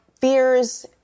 fears